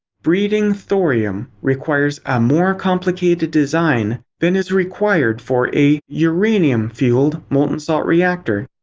breeding thorium requires a more complicated design than is required for a uranium fueled molten salt reactor.